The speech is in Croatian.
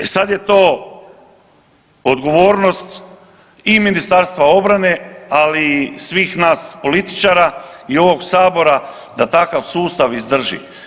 E sad je to odgovornost i Ministarstva obrane, ali i svih nas političara i ovog sabora da takav sustav izdrži.